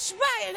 השר המצטיין.